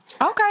Okay